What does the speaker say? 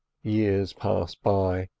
years pass by,